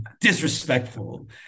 disrespectful